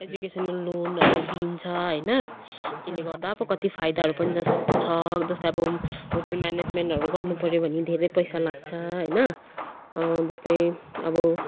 educational लोनहरू दिन्छ होइन त्यसले गर्दा अब कति फाइदाहरू पनि छ जस्तै अब होटेल म्यानेजमेन्टहरू गर्नु पर्यो भने धेरै पैसा लाग्छ होइन जस्तै अब